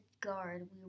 guard